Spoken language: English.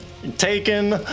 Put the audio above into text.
Taken